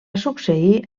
succeir